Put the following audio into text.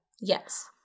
Yes